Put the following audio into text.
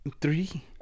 Three